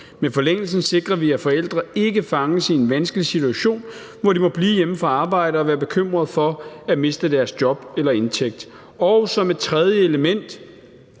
Med forlængelsen sikrer vi, at forældre ikke fanges i en vanskelig situation, hvor de må blive hjemme fra arbejde og være bekymrede for at miste deres job eller indtægt. For det tredje foreslår